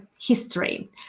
history